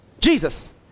Jesus